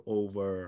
over